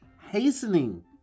Hastening